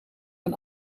een